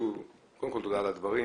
תודה על הדברים.